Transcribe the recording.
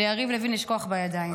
ליריב לוין יש כוח בידיים.